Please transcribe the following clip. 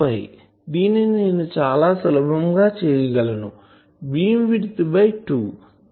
0 to 2 దీనిని నేను చాలా సులభం గా చేయగలను బీమ్ విడ్త్ బై 2